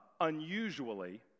unusually